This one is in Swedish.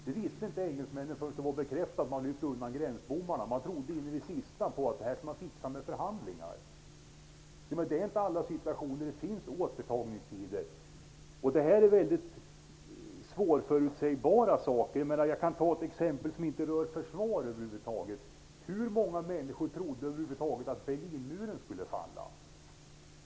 Det visste inte engelsmännen förrän det var bekräftat genom att gränsbommarna lyftes undan. Man trodde in i det sista att man skulle fixa det här genom förhandlingar. Det finns inte återtagningstider i alla situationer. Detta är mycket svårförutsägbara saker. Jag kan ta ett exempel som inte rör försvaret över huvud taget. Hur många människor trodde att Berlinmuren skulle falla.